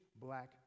black